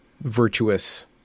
virtuous